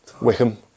Wickham